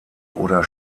oder